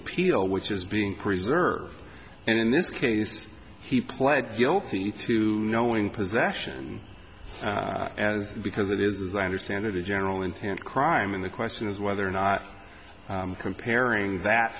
appeal which is being preserved and in this case he pled guilty to knowing possession as because it is as i understand it a general intent crime and the question is whether or not comparing that